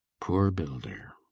poor builder!